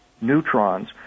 neutrons